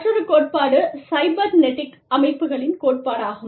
மற்றொரு கோட்பாடு சைபர்நெடிக் அமைப்புகளின் கோட்பாடாகும்